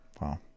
Wow